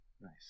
Nice